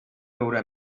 veure